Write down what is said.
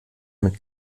mit